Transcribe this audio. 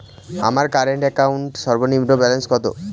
আমার current account সর্বনিম্ন balance কত?